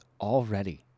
Already